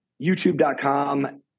youtube.com